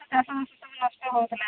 ଚାଷ ବାସ ସବୁ ନଷ୍ଟ ହେଉଥିଲା